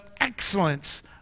excellence